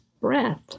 breath